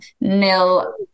nil